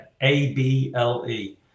A-B-L-E